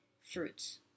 fruits